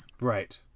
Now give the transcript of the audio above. right